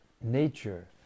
nature